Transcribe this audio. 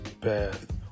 path